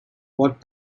what